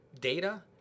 Data